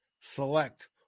select